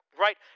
right